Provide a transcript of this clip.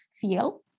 feel